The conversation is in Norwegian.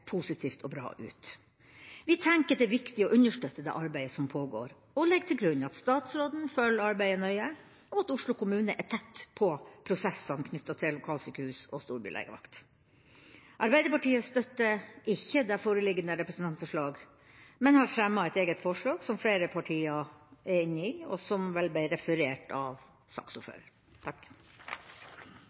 positivt og bra ut. Vi tenker det er viktig å understøtte det arbeidet som pågår, og legger til grunn at statsråden følger arbeidet nøye, og at Oslo kommune er tett på prosessene knytta til lokalsykehus og storbylegevakt. Arbeiderpartiet støtter ikke det foreliggende representantforslaget, men har fremma et eget forslag som flere partier er med på, og som ble referert til av